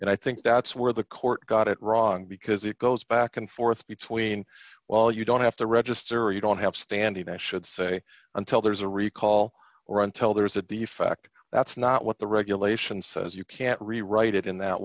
and i think that's where the court got it wrong because it goes back and forth between well you don't have to register or you don't have standing i should say until there's a recall or until there is that the fact that's not what the regulation says you can't rewrite it in that